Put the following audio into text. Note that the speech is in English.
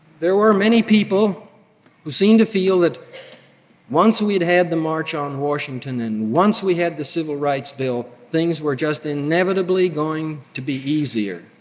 there were many people who seemed to feel that once we'd had the march on washington and once we had the civil rights bill, things were just inevitably going to be easier,